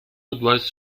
advise